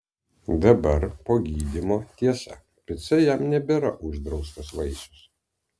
dabar po gydymo tiesa pica jam nebėra uždraustas vaisius